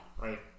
Right